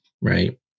right